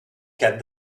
cas